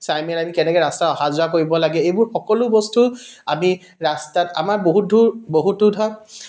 চাই মেলি আমি কেনেকৈ ৰাস্তা অহা যোৱা কৰিব লাগে এইবোৰ সকলো বস্তু আমি ৰাস্তাত আমাৰ বহুতো বহুতো ধৰক